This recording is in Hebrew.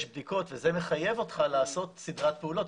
יש בדיקות וזה מחייב אותך לעשות סדרת פעולות.